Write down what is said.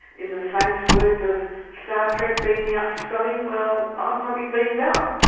in the famous words of star trek, beam me up scotty, well i want to be beamed up.